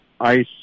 ice